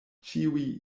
ĉiuj